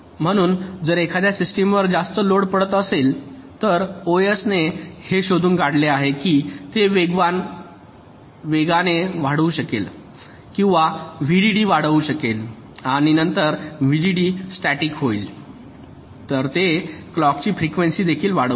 म्हणून जर एखाद्या सिस्टमवर जास्त लोड पडत असेल तर ओएस ने हे शोधून काढले आहे की ते वेगाने वेगाने वाढवू शकेल किंवा व्हीडीडी वाढवू शकेल आणि नंतर व्हीडीडी स्टॅटिक होईल तर ते क्लॉकची फ्रिकवेंसी देखील वाढवू शकते